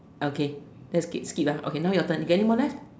okay let's skip skip okay now your turn you got anymore left